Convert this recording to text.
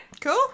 cool